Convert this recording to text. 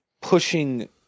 pushing